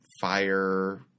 fire